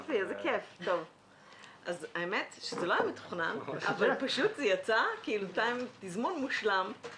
האמת שזה לא היה מתוכנן, אבל זה יצא בתזמון מושלם.